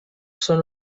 són